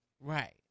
right